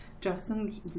Justin